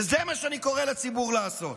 וזה מה שאני קורא לציבור לעשות.